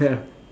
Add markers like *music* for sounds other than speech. *laughs*